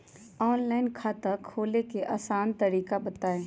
Online खाता खोले के आसान तरीका बताए?